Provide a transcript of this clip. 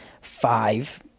five